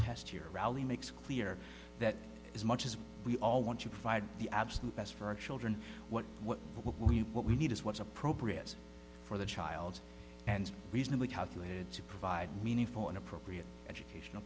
test year rally makes clear that as much as we all want to provide the absolute best for our children what what we what we need is what's appropriate for the child and reasonably calculated to provide meaningful and appropriate educational